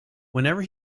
whenever